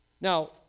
Now